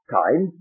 time